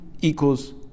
equals